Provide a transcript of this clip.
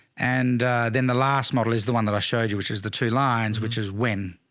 and then the last model is the one that i showed you, which is the two lines which is win,